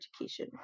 education